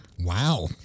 Wow